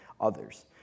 others